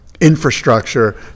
infrastructure